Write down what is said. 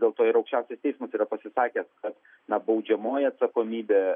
dėl to ir aukščiausias teismas yra pasisakęs kad na baudžiamoji atsakomybė